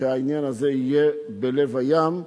שהעניין הזה יהיה בלב ים,